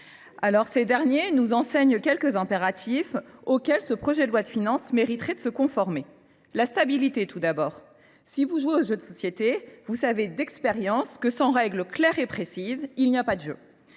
? Ces jeux nous enseignent quelques impératifs auxquels ce projet de loi de finances mériterait de se conformer. La stabilité, tout d’abord : si vous jouez aux jeux de société, vous savez d’expérience que, sans règles claires et précises, il n’y a pas de jeu.